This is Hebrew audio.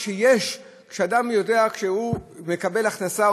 כשאדם יודע שהוא מקבל הכנסה,